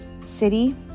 City